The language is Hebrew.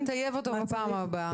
לטייב אותו בפעם הבאה.